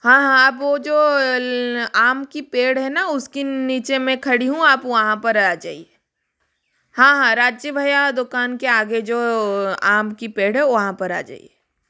हाँ हाँ आप बो जो आम की पेड़ है ना उसकी नीचे मैं खड़ी हूँ आप वहाँ पर आ जाइए हाँ हाँ आ जाइए भईया दुकान के आगे जो आम की पेड़ है वहाँ पर आ जाइए